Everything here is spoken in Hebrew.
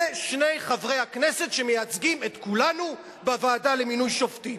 אלה שני חברי הכנסת שמייצגים את כולנו בוועדה למינוי שופטים.